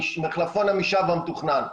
מחלפון עמישב המתוכנן,